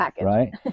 Right